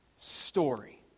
story